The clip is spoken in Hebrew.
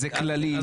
ו"מסוימים" לא.